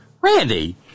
Randy